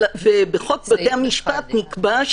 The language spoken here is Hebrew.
ובחוק בתי המשפט נקבע,